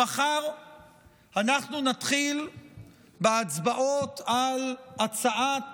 מחר אנחנו נתחיל בהצבעות על הצעת